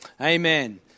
Amen